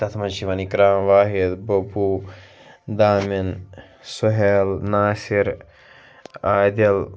تَتھ منٛز چھِ یِوان اِکرام واحد بوپوٗ دامِن سُہیل ناصِر عادِل